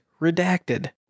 Redacted